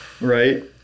right